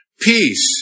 Peace